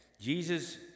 Jesus